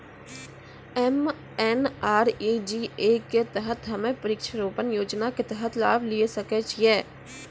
MNREGA के तहत हम्मय वृक्ष रोपण योजना के तहत लाभ लिये सकय छियै?